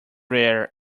rare